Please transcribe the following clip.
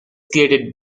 created